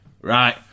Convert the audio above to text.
Right